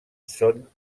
zone